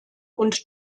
und